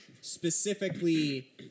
specifically